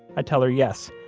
i tell her yes.